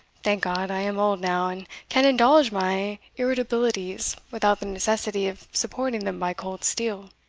thank god, i am old now, and can indulge my irritabilities without the necessity of supporting them by cold steel.